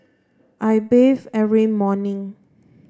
I bathe every morning